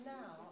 now